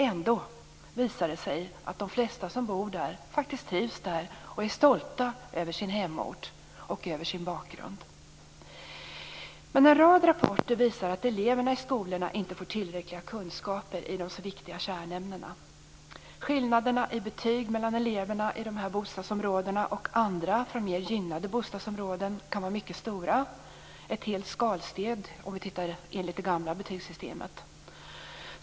Ändå visar det sig att de flesta som bor där faktiskt trivs där och är stolta över sin hemort och bakgrund. Men en rad rapporter visar att elever i skolorna inte får tillräckliga kunskaper i de så viktiga kärnämnena. Skillnaderna i betyg mellan eleverna i dessa bostadsområden och andra från mer gynnade bostadsområden kan vara mycket stora. De kan vara ett helt skalsteg enligt det gamla betygssystemet.